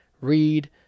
read